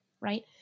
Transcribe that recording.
right